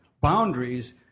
boundaries